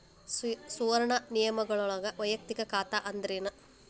ಸುವರ್ಣ ನಿಯಮಗಳೊಳಗ ವಯಕ್ತಿಕ ಖಾತೆ ಅಂದ್ರೇನ